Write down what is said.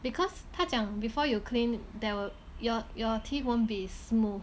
because 他讲 before you clean there will your your teeth won't be smooth